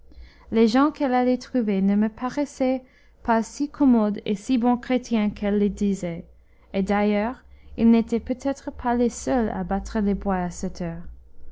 les gens qu'elle allait trouver ne me paraissaient pas si commodes et si bons chrétiens qu'elle le disait et d'ailleurs ils n'étaient peut-être pas les seuls à battre les bois à cette heure